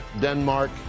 Denmark